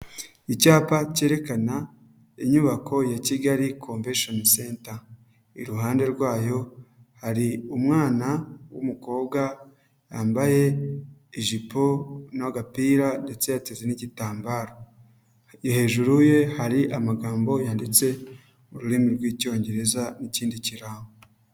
Icyapa cyerekana inyubako ya Kigali convention center, iruhande rwayo hari umwana w'umukobwa yambaye ijipo n'agapira ndetse yateze n'igitambaro, hejuru ye hari amagambo yanditse mu rurimi rw'Icyongereza n'ikindi kirango.